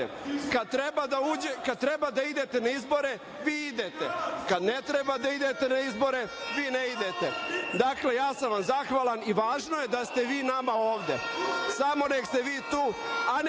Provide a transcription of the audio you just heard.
Kad treba da idete na izbore, vi ne idete, a kada ne treba da idete na izbore, vi idete. Dakle, ja sam vam zahvalan i važno je da ste vi nama ovde, samo nek ste vi tu,